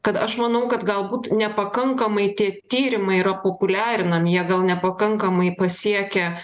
kad aš manau kad galbūt nepakankamai tie tyrimai yra populiarinami jie gal nepakankamai pasiekia